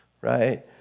right